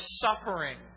suffering